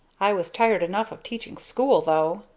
i was tired enough of teaching school though.